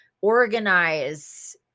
organize